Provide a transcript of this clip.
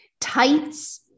tights